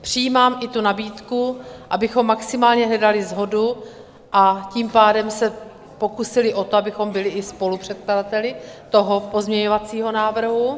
Přijímám i tu nabídku, abychom maximálně hledali shodu, a tím pádem se pokusili o to, abychom byli i spolupředkladateli toho pozměňovacího návrhu.